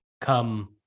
come